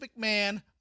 McMahon